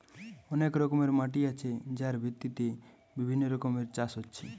অনেক রকমের মাটি আছে যার ভিত্তিতে বিভিন্ন রকমের চাষ হচ্ছে